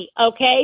okay